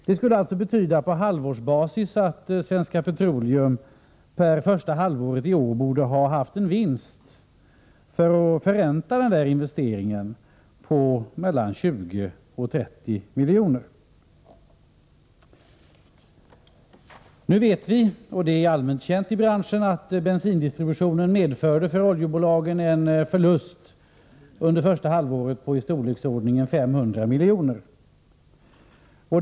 Det skulle betyda, på halvårsbasis, att Svenska Petroleum för det första halvåret i år för att förränta den investeringen borde ha haft en vinst på mellan 20 och 30 milj.kr. Nu vet vi — och det är allmänt känt i branschen — att bensindistributionen för oljebolagen medförde en förlust under första halvåret på omkring 500 milj.kr.